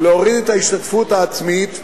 להוריד את ההשתתפות העצמית,